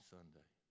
Sunday